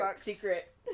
secret